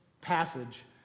passage